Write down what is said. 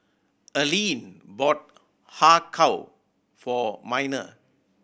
Alleen bought Har Kow for Minor